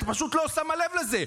את פשוט לא שמה לב לזה.